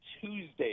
Tuesday